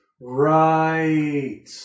Right